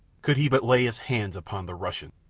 could he but lay his hand upon the russian!